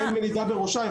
יעל מנידה בראשה,